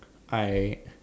I